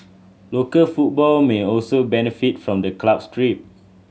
local football may also benefit from the club's trip